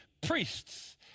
priests